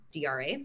dra